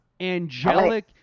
Angelic